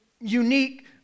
unique